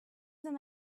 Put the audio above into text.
them